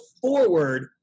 forward